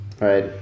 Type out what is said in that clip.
right